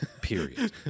period